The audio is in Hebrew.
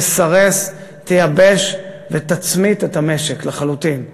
תסרס, תייבש ותצמית את המשק לחלוטין.